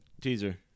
teaser